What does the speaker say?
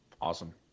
Awesome